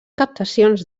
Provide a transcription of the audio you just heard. captacions